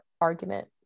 argument